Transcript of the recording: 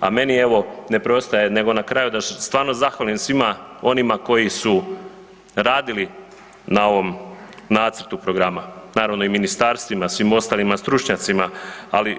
A meni evo ne preostaje nego na kraju da stvarno zahvalim svima onima koji su radili na ovom nacrtu programa, naravno i ministarstvima, svim ostalim stručnjacima, ali